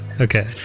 okay